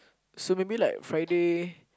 so maybe like Friday